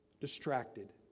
distracted